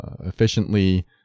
efficiently